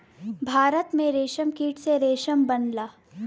भारत में रेशमकीट से रेशम बनला